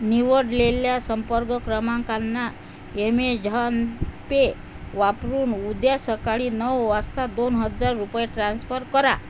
निवडलेल्या संपर्क क्रमांकांना एमेझॉन पे वापरून उद्या सकाळी नऊ वाजता दोन हजार रुपये ट्रान्स्फर करा